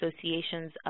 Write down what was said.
associations